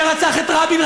שרצח את רבין,